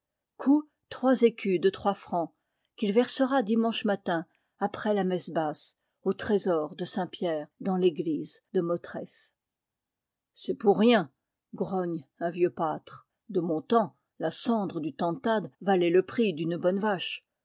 coût trois écus de trois francs qu'il versera dimanche matin après la messe basse au trésor de saint pierre dans l'église de motreff c'est pour rien grogne un vieux pâtre de mon temps la cendre du tantad valait le prix d'une bonne vache